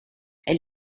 elle